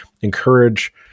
encourage